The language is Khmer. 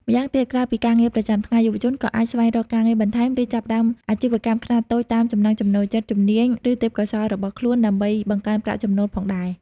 ម្យ៉ាងទៀត ក្រៅពីការងារប្រចាំថ្ងៃ យុវជនក៏អាចស្វែងរកការងារបន្ថែម ឬចាប់ផ្តើមអាជីវកម្មខ្នាតតូចតាមចំណង់ចំណូលចិត្ត ជំនាញ ឬទេពកោសល្យរបស់ខ្លួន ដើម្បីបង្កើនប្រាក់ចំណូលផងដែរ។